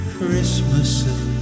Christmases